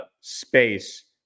space